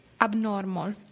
abnormal